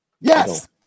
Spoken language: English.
Yes